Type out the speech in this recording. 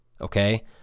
okay